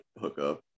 hookup